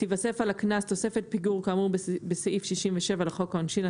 תיווסף על הקנס תוספת פיגור כאמור בסעיף 67 לחוק העונשין,